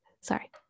Sorry